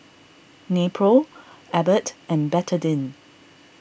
Nepro Abbott and Betadine